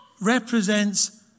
represents